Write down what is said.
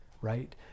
right